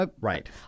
right